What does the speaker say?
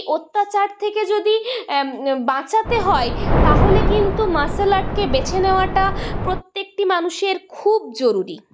অত্যাচার থেকে যদি বাঁচাতে হয় তাহলে কিন্তু মার্শাল আর্টকে বেছে নেওয়াটা প্রত্যেকটি মানুষের খুব জরুরী